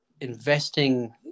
investing